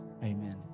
amen